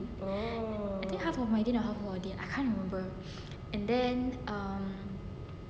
I think half of my deen or half of our deen I can't remember and then um